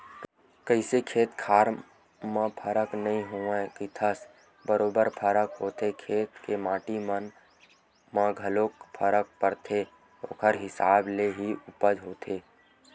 कइसे खेत खार म फरक नइ होवय कहिथस बरोबर फरक होथे खेत के माटी मन म घलोक फरक परथे ओखर हिसाब ले ही उपज होथे